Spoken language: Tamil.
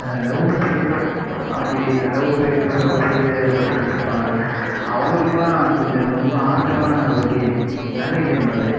லவ்வு பிரேக்அப் அப்படி லவ் பிரேக்அப் லவ் ஃபெயிலியர் அப்படின்னு சொல்லிகிட்ருப்பாங்கள்ல அவங்களுக்குலாம் கொஞ்ச ரொம்ப ஆறுதலான ஒரு கேம் நல்ல கேம் தான் அது